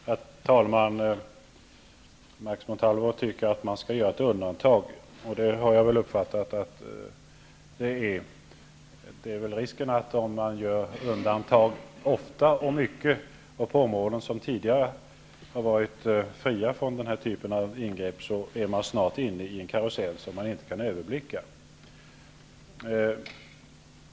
Herr talman! Max Montalvo tycker att man skall göra ett undantag, och det har jag uppfattat att det är. Om man gör undantag ofta och mycket och på områden fria från den här typen av ingrepp finns risken att mana snart är inne i en karusell som man inte kan överblicka.